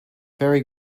very